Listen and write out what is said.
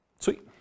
Sweet